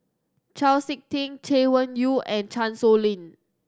Chau Sik Ting Chay Weng Yew and Chan Sow Lin